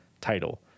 title